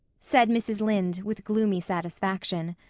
said mrs. lynde, with gloomy satisfaction.